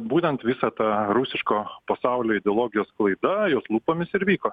būtent visą tą rusiško pasaulio ideologijos sklaida jos lūpomis ir vyko